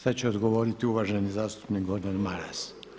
Sada će odgovoriti uvaženi zastupnik Gordan Maras.